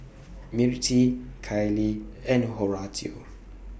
Mirtie Kailey and Horatio